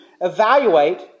evaluate